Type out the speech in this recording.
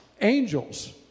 Angels